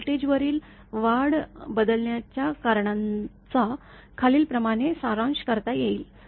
व्होल्टेजवरील वाढ बदलण्याच्या कारणांचा खालीलप्रमाणे सारांश करता येईल